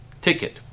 ticket